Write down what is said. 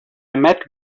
met